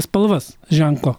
spalvas ženklo